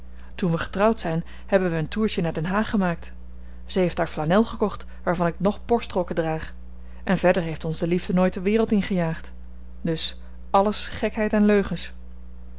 toen we getrouwd zyn hebben wy een toertje naar den haag gemaakt ze heeft daar flanel gekocht waarvan ik nog borstrokken draag en verder heeft ons de liefde nooit de wereld ingejaagd dus alles gekheid en leugens